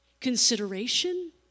consideration